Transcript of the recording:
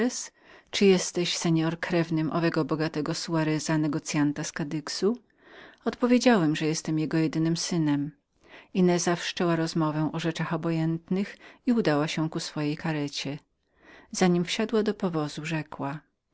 czy jesteś pan krewnym tego samego i bogatego soareza negocyanta z kadyxu odpowiedziałem że jestem jego synem ineza wszczęła rozmowę o rzeczach obojętnych i udała się ku swojej karecie zanim wsiadła do powozu rzekła